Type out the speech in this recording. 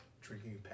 drinking